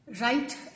right